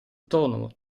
autonomo